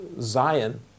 Zion